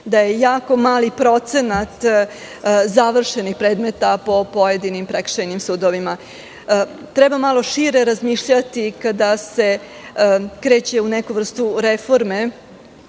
da je jako mali procenat završenih predmeta po pojedinim prekršajnim sudovima. Treba malo šire razmišljati kada se kreće u neku vrstu reforme